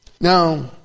Now